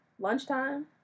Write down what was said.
Lunchtime